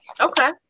Okay